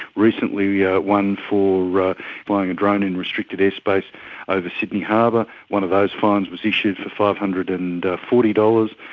recently we had yeah one for flying a drone in restricted airspace over sydney harbour, one of those fines was issued for five hundred and forty dollars.